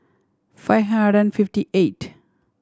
five hundred and fifty eight